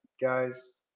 guys